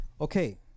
Okay